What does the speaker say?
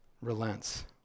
relents